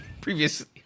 Previously